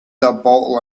bottle